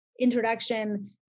introduction